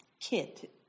kit